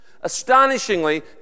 Astonishingly